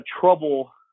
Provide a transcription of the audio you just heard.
trouble